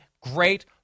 great